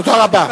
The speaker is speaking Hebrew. תודה רבה.